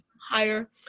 higher